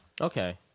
okay